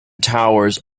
towers